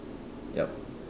yup